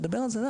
לדבר על זה.